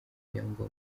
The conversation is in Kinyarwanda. byangombwa